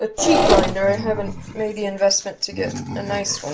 ah cheap binder, i haven't made the investment to get a nice one.